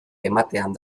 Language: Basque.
ematean